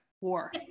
war